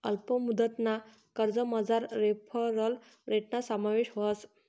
अल्प मुदतना कर्जमझार रेफरल रेटना समावेश व्हस